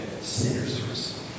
sinners